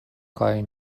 kaj